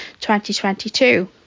2022